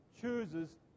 chooses